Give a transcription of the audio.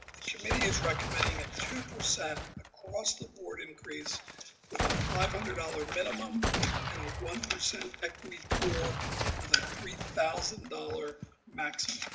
committee is recommending and a two percent across-the-board increase to the five hundred dollars minimum and a one percent equity pool with a three thousand dollars max.